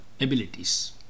abilities